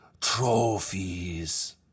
Trophies